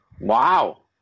Wow